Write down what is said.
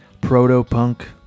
proto-punk